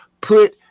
put